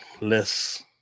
less